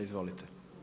Izvolite.